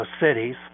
cities